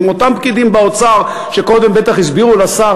אותם פקידים באוצר שקודם בטח הסבירו לשר